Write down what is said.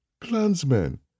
Clansmen